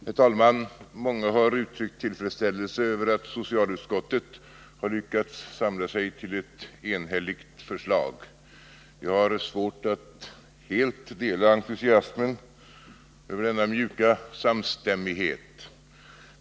Herr talman! Många har uttryckt tillfredsställelse över att socialutskottet har lyckats samla sig till ett enhälligt förslag. Jag har svårt att helt dela entusiasmen över denna mjuka samstämmighet.